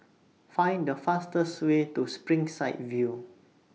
Find The fastest Way to Springside View